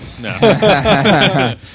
No